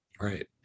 Right